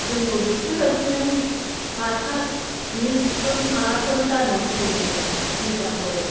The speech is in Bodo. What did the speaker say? जोंबो बिसोरबायदिनो मास्थार मिसफोर माबाफोर जानो लुगैयोमोन मेडामफोर